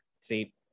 See